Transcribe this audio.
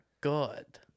good